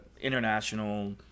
international